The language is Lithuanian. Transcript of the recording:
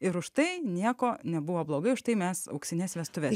ir užtai nieko nebuvo blogai užtai mes auksines vestuves